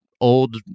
old